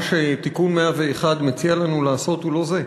מה שתיקון 101 מציע לנו לעשות הוא לא זה.